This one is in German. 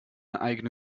eigene